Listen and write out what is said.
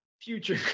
Future